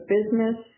Business